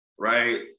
right